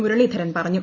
മുരളീധരൻ പറഞ്ഞു